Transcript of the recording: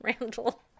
Randall